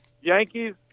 Yankees